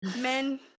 Men